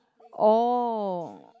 oh